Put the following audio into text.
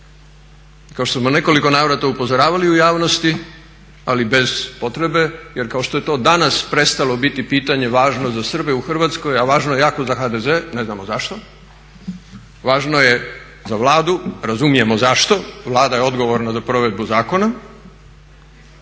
Kao što smo u nekoliko navrata upozoravali u javnosti ali bez potrebe, jer kao što je to danas prestalo biti pitanje važno za Srbe u Hrvatskoj a važno je jako za HDZ, ne znamo zašto, važno je za Vladu razumijemo zašto, Vlada je odgovorna za provedbu zakona